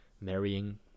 marrying